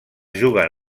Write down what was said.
juguen